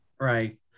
right